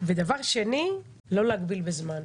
ודבר שני, לא להגביל בזמן.